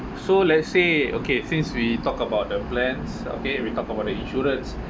so let's say okay since we talk about the plans okay we talk about the insurance